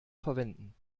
verwenden